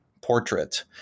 portrait